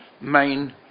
main